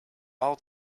all